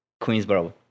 Queensborough